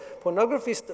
Pornography